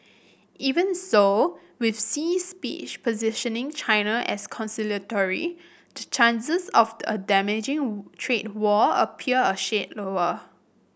even so with Xi's speech positioning China as conciliatory the chances of a damaging trade war appear a shade lower